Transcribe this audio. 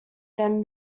then